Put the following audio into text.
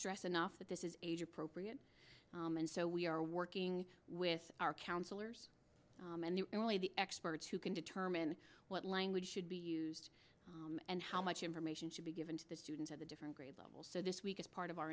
stress enough that this is age appropriate and so we are working with our counselors and the really the experts who can determine what language should be used and how much information should be given to the students at the different levels so this week as part of our